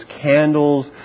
candles